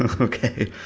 Okay